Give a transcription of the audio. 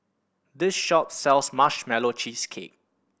this shop sells Marshmallow Cheesecake